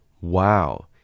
Wow